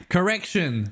Correction